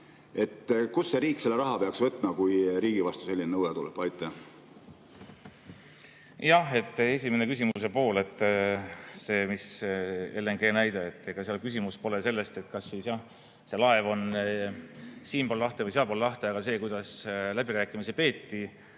Kust riik selle raha peaks võtma, kui riigi vastu selline nõue tuleb? Jah, esimene küsimuse pool, see LNG näide, seal küsimus pole selles, kas see laev on siinpool lahte või sealpool lahte, aga see, kuidas läbirääkimisi peeti,